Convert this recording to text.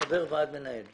מהבדיקה שלנו,